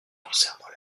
concernant